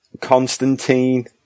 Constantine